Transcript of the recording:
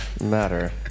matter